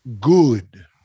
good